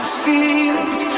feelings